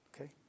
Okay